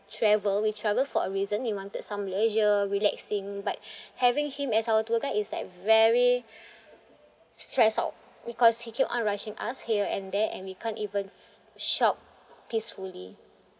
travel we travel for a reason we wanted some leisure relaxing but having him as our tour guide is like very stressed out because he keep on rushing us here and there and we can't even f~ shop peacefully